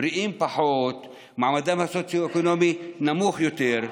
בריאים פחות ומעמדם הסוציו-אקונומי נמוך יותר.